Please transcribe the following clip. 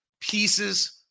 pieces